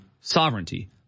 sovereignty